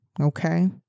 Okay